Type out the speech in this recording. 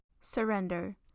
Surrender